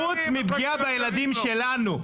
חוץ מפגיעה בילדים שלנו,